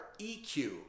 eq